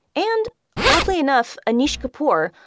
and oddly enough, anish kapoor,